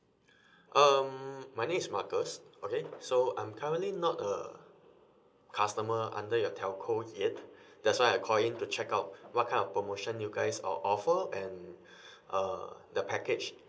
um my name is marcus okay so I'm currently not a customer under your telco yet that's why I call in to check out what kind of promotion you guys uh offer and uh the package